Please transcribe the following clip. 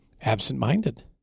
absent-minded